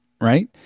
right